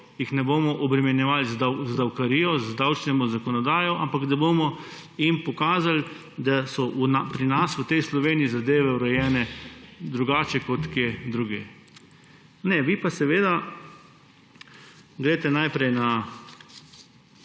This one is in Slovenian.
vsako leto obremenjevali z davkarijo, z davčno zakonodajo, ampak da jim bomo pokazali, da so pri nas, v tej Sloveniji zadeve urejene drugače kot kje drugje. Ne, vi pa seveda greste najprej na